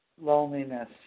loneliness